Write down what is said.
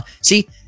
See